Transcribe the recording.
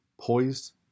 poised